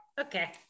okay